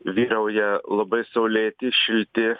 vyrauja labai saulėti šilti